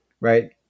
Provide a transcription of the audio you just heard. right